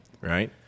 right